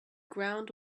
ground